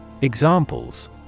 Examples